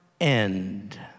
end